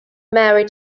married